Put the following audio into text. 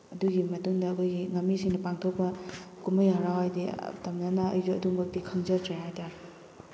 ꯑꯗꯨꯒꯤ ꯃꯇꯨꯡꯗ ꯑꯩꯈꯣꯏꯒꯤ ꯉꯥꯃꯤꯁꯤꯡꯅ ꯄꯥꯡꯊꯣꯛꯄ ꯀꯨꯝꯍꯩ ꯍꯔꯥꯎ ꯍꯥꯏꯗꯤ ꯑꯇꯝꯅꯅ ꯑꯩꯁꯨ ꯑꯗꯨꯃꯛꯇꯤ ꯈꯪꯖꯗ꯭ꯔꯦ ꯍꯥꯏꯇꯥꯔꯦ